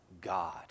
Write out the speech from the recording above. God